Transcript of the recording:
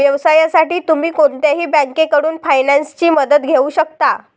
व्यवसायासाठी तुम्ही कोणत्याही बँकेकडून फायनान्सची मदत घेऊ शकता